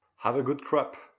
have a good crop!